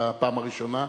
בפעם הראשונה.